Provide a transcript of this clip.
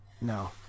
no